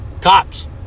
Cops